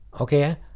Okay